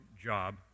job